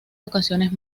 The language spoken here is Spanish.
ocasiones